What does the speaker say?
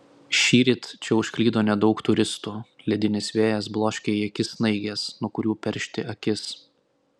šįryt čia užklydo nedaug turistų ledinis vėjas bloškia į akis snaiges nuo kurių peršti akis